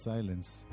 Silence